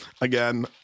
again